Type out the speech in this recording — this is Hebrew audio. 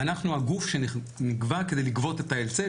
ואנחנו הגוף שנקבע כדי לגבות את ההיטל.